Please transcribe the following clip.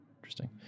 Interesting